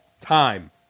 time